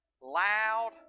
loud